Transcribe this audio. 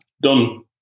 done